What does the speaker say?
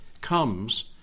comes